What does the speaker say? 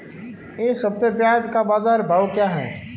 इस हफ्ते प्याज़ का बाज़ार भाव क्या है?